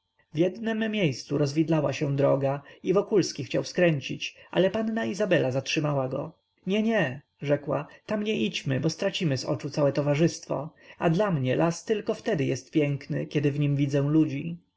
w jednem miejscu rozwidlała się droga i wokulski chciał skręcić ale panna izabela zatrzymała go nie nie rzekła tam nie idźmy bo stracimy z oczu całe towarzystwo a dla mnie las tylko wtedy jest piękny kiedy w nim widzę ludzi